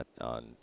on